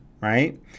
right